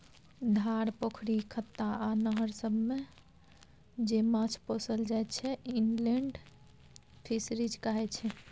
धार, पोखरि, खत्ता आ नहर सबमे जे माछ पोसल जाइ छै इनलेंड फीसरीज कहाय छै